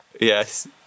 yes